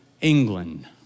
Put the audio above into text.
England